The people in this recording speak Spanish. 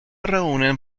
reúnen